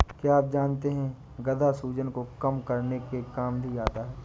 क्या आप जानते है गदा सूजन को कम करने के काम भी आता है?